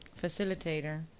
Facilitator